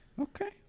okay